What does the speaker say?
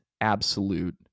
absolute